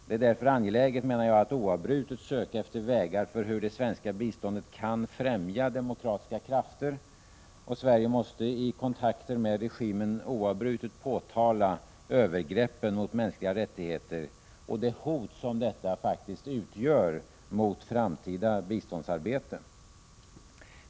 Därför är det angeläget att oavbrutet söka efter vägar för det svenska biståndet att främja demokratiska krafter. Sverige måste i kontakter med regimen oavbrutet påtala övergreppen mot mänskliga rättigheter och det hot som dessa faktiskt utgör mot framtida biståndsarbete.